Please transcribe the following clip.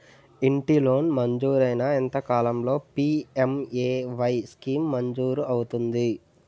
ఇంటి లోన్ మంజూరైన ఎంత కాలంలో పి.ఎం.ఎ.వై స్కీమ్ మంజూరు అవుతుంది?